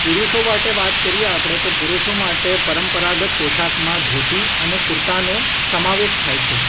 પુરુષો માટે વાત કરીએ આપણે તો પુરુષો માટે પરંપરાગત પોશાકમાં ધોતી અને કુર્તાનો સમાવેશ થાય છે